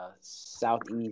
Southeast